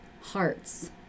hearts